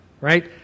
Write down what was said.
right